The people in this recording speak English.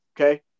okay